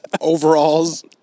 overalls